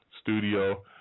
studio